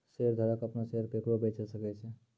शेयरधारक अपनो शेयर केकरो बेचे सकै छै